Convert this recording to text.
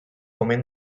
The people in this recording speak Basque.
omen